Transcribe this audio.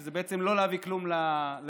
שזה בעצם לא להביא כלום לאזרחים,